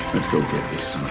let's go get this